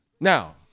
Now